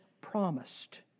promised